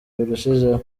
birushijeho